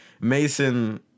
Mason